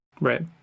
Right